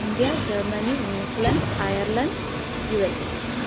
India Germany New Zealand Ireland USA